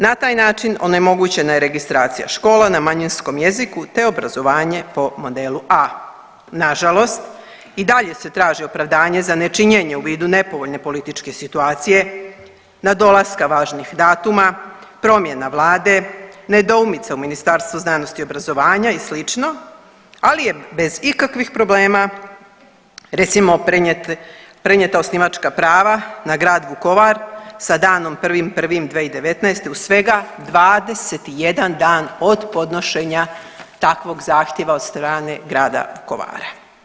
Na taj način onemogućena je registracija škola na manjinskom jeziku, te obrazovanje po modelu A. Nažalost i dalje se traži opravdanje za nečinjenje u vidu nepovoljne političke situacije na dolaska važnih datuma, promjena vlade, nedoumica u Ministarstvu znanosti i obrazovanja i slično, ali je bez ikakvih problema recimo prenijet, prenijeta osnivačka prava na grad Vukovar sa danom 1.1.2019. u svega 21 dan od podnošenja takvog zahtjeva od strane grada Vukovara.